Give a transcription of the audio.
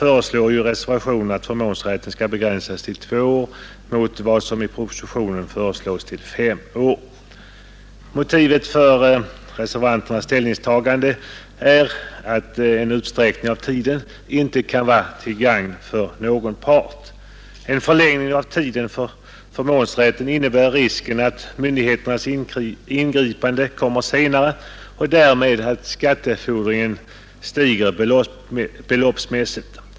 I reservationen föreslås två år medan i propositionen föreslås fem år. Motivet för reservanternas ställningstagande är att en utsträckning av tiden inte kan vara till gagn för någon part. En förlängning av tiden för förmånsrätten innebär risk att myndigheternas ingripande kommer senare och därmed att skattefordringen stiger beloppsmässigt.